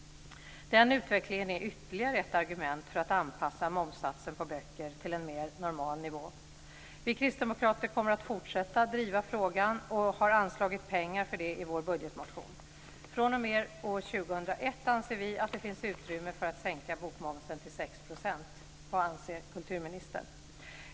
Den utvecklingen är ytterligare ett argument för att anpassa momssatsen på böcker till en mer normal nivå. Vi kristdemokrater kommer att fortsätta att driva frågan och har anvisat pengar för det i vår budgetmotion. fr.o.m. år 2001 anser vi att det finns utrymme för att sänka bokmomsen till 6 %. Vad anser kulturministern?